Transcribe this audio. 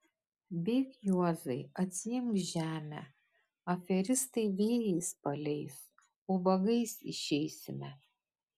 bėk juozai atsiimk žemę aferistai vėjais paleis ubagais išeisime